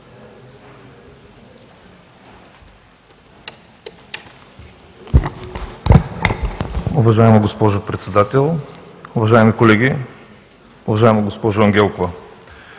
Уважаема госпожо Председател, уважаеми колеги! Уважаема госпожо Министър,